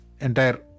entire